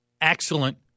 excellent